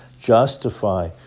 justify